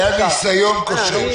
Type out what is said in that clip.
היה ניסיון כושל.